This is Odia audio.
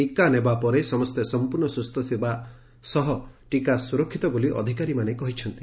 ଟିକା ନେବାପରେ ସମସ୍ତେ ସମ୍ମର୍ଶ୍ୱ ସୁସ୍ ଥିବା ସହ ଟିକା ସୁରକ୍ଷିତ ବୋଲି ଅଧିକାରୀମାନେ କହିଛନ୍ତି